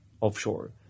offshore